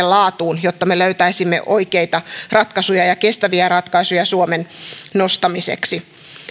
laatuun jotta me löytäisimme oikeita ratkaisuja ja kestäviä ratkaisuja suomen nostamiseksi